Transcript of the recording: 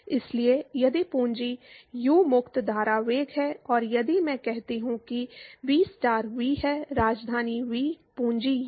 इसलिए यदि पूंजी यू मुक्त धारा वेग है और यदि मैं कहता हूं कि वी स्टार वी है राजधानी वी पूंजी यू